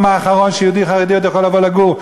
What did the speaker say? האחרון שיהודי חרדי עוד יכול לבוא לגור,